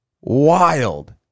wild